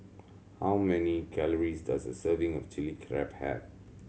how many calories does a serving of Chili Crab have